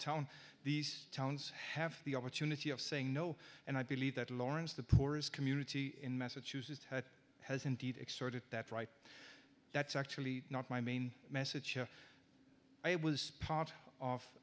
town these towns have the opportunity of saying no and i believe that lawrence the poorest community in massachusetts has indeed exerted that right that's actually not my main message i was part of